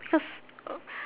because uh